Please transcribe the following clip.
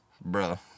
bro